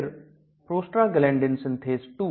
फिर Prostaglandin synthase 2